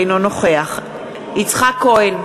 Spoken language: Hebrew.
אינו נוכח יצחק כהן,